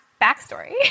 backstory